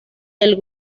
del